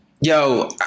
yo